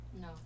No